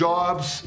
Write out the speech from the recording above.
Jobs